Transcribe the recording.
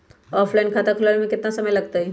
Offline खाता खुलबाबे में केतना समय लगतई?